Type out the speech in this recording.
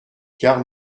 car